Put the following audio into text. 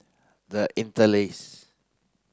the Interlace